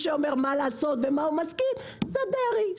שאומר מה לעשות ולמה הוא מסכים זה דרעי,